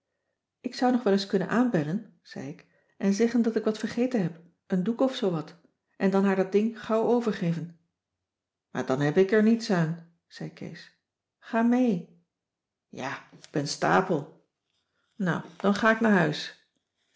ik zou nog wel eens kunnen aanbellen zei ik en zeggen dat ik wat vergeten heb een doek of zoowat en dan haar dat ding gauw overgeven maar dan heb ik er niets aan zei kees ga mee ja k ben stapel nou dan ga k naar huis